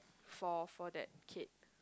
for for that kid